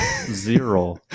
zero